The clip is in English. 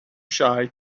shy